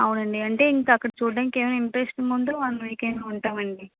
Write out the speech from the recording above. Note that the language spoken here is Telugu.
అవునండి అంటే ఇంక అక్కడ చూడడానికి ఏమన్నా ఇంట్రెస్టింగ్గా ఉంటే వన్ వీక్ అయినా ఉంటామండి